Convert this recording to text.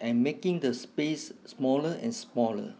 and making the space smaller and smaller